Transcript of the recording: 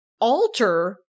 alter